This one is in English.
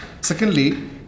secondly